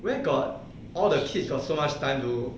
where got all the kids got so much time to